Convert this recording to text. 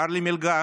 הוא אמר לי: מלגה